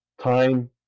time